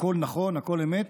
הכול נכון, הכול אמת.